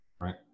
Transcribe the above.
right